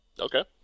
Okay